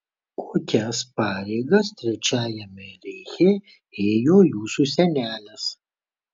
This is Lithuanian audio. kokias pareigas trečiajame reiche ėjo jūsų senelis